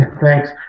thanks